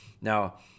Now